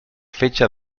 fetge